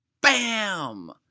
BAM